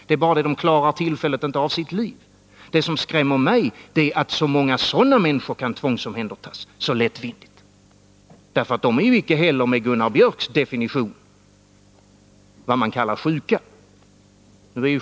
Det är bara det att de tillfälligt inte klarar av att leva. Vad som skrämmer mig är att så många sådana människor kan tvångsomhändertas så lättvindigt. De är ju icke heller med Gunnar Biörcks definition vad man kallar sjuka.